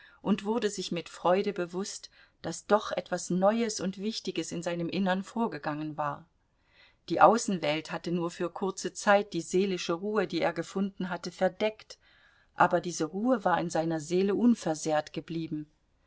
und wurde sich mit freude bewußt daß doch etwas neues und wichtiges in seinem innern vorgegangen war die außenwelt hatte nur für kurze zeit die seelische ruhe die er gefunden hatte verdeckt aber diese ruhe war in seiner seele unversehrt geblieben